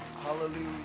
Hallelujah